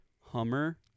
Hummer